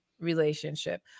relationship